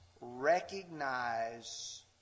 recognize